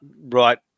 right